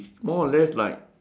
more or less like